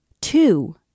Two